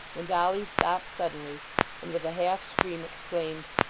when dolly stopped suddenly and with a half scream exclaimed,